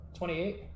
28